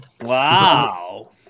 wow